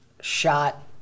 shot